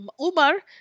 Umar